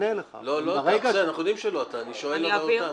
אנחנו יודעים שלא אתה, אני שואל אותן.